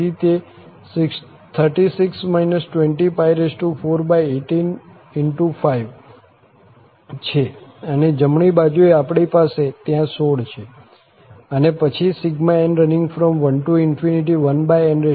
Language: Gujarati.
તેથી તે 418 × 5 છે અને જમણી બાજુએ આપણી પાસે ત્યાં 16 છે અને પછી n11n4છે